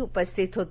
उपस्थित होते